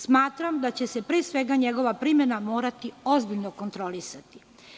Smatram da će se, pre svega, njegova primena morati ozbiljno kontrolisati.